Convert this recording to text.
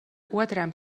otram